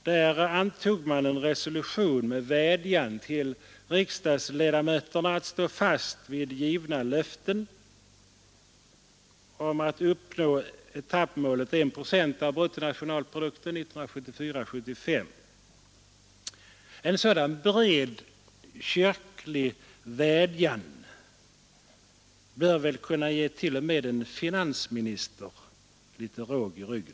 Där antog man en resolution med vädjan till riksdagsledamöterna att stå fast vid givna löften och att uppnå etappmålet 1 procent av bruttonationalprodukten 1974/75. En sådan bred kyrklig vädjan bör väl kunna ge t.o.m. en finansminister litet råg i ryggen.